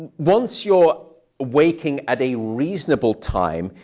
once you're waking at a reasonable time,